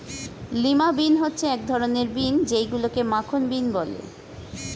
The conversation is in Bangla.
লিমা বিন হচ্ছে এক ধরনের বিন যেইগুলোকে মাখন বিন বলে